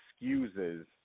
excuses